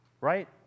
right